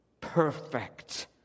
perfect